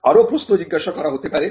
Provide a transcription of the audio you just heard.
আরও প্রশ্ন জিজ্ঞাসা করা হতে পারে